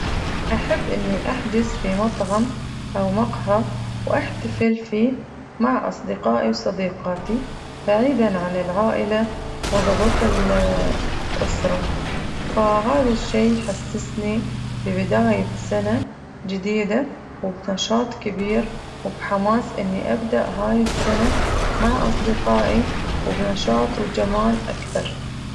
أحب أني أحجز في مطعم أو مقهى وأحتفل فيه مع أصدقائي وصديقاتي بعيداً عن العائلة وضغوط ال الأسرة فهذا الشي يحسسني ببداية سنة جديدة وبنشاط كبير وبحماس إني أبدأ هاي السنة مع أصدقائي وبحماس وجمال أكثر.